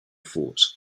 thought